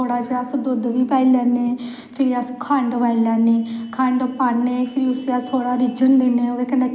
शैल मतलव कि बसाखी शिवरात्री गी लोग शैल ओह् करदे